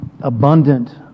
abundant